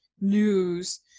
news